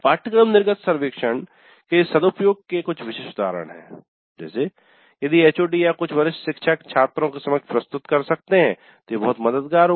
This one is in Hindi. पाठ्यक्रम निर्गत सर्वेक्षण के सदुपयोग के कुछ विशिष्ट उदाहरण है यदि एचओडी या कुछ वरिष्ठ शिक्षक छात्रों के समक्ष प्रस्तुत कर सकते हैं तो यह बहुत मददगार होगा